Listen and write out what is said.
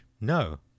no